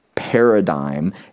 paradigm